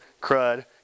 crud